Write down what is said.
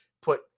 put